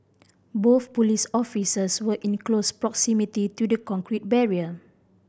both police officers were in close proximity to the concrete barrier